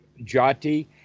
jati